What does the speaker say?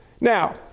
Now